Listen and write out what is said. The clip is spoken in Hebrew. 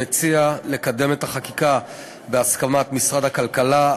המציע לקדם את החקיקה בהסכמת משרדי הכלכלה,